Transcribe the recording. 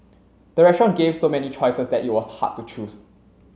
the restaurant gave so many choices that it was hard to choose